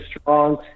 strong